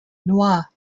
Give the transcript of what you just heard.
noir